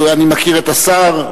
אני מכיר את השר.